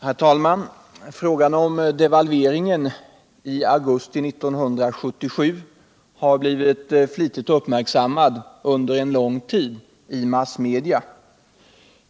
Herr talman! Frågan om devalveringen i augusti 1977 har blivit flitigt uppmärksammad under en lång tid i massmedia.